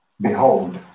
Behold